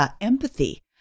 empathy